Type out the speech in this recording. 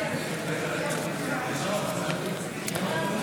בממשלה לא נתקבלה.